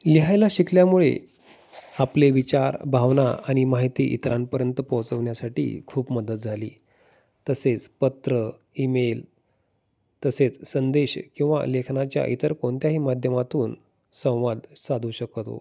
लिहायला शिकल्यामुळे आपले विचार भावना आणि माहिती इतरांपर्यंत पोहोचवण्या्साठी खूप मदत झाली तसेच पत्र ईमेल तसेच संदेश किंवा लेखनाच्या इतर कोणत्याही माध्यमातून संवाद साधू शकत हो